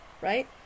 Right